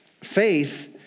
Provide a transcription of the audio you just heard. faith